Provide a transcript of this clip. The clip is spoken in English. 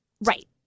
Right